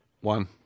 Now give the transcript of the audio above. One